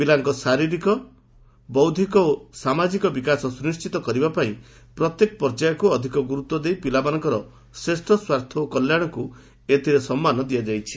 ପିଲାଙକ ଶାରୀରିକ ବୌଦ୍ଧିକ ଓ ସାମାଜିକ ବିକାଶ ସୁନିଛିତ କରିବାପାଇଁ ପ୍ରତ୍ୟେକ ପର୍ଯ୍ୟାୟକୁ ଅଧିକ ଗୁରୁତ୍ୱ ଦେଇ ପିଲାଙ୍ ଶ୍ରେଷ୍ ସ୍ୱାର୍ଥ ଓ କଲ୍ୟାଣକୁ ଏଥିରେ ସମ୍ମାନ ଦିଆଯାଇଛି